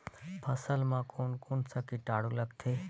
फसल मा कोन कोन सा कीटाणु लगथे?